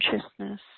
consciousness